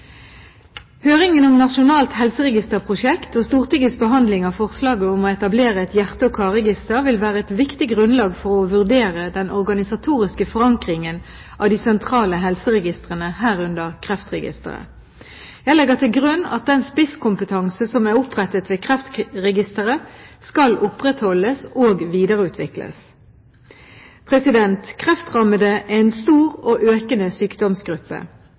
Høringen om Nasjonalt helseregisterprosjekt og Stortingets behandling av forslaget om å etablere et hjerte- og karregister vil være et viktig grunnlag for å vurdere den organisatoriske forankringen av de sentrale helseregistrene, herunder Kreftregisteret. Jeg legger til grunn at den spisskompetanse som er opprettet ved Kreftregisteret, skal opprettholdes og videreutvikles. Kreftrammede er en stor og økende sykdomsgruppe.